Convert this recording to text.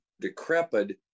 decrepit